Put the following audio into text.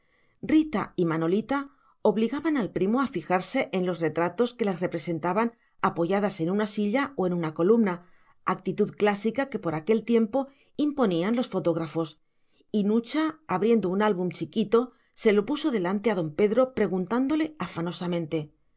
rita y manolita obligaban al primo a fijarse en los retratos que las representaban apoyadas en una silla o en una columna actitud clásica que por aquel tiempo imponían los fotógrafos y nucha abriendo un álbum chiquito se lo puso delante a don pedro preguntándole afanosamente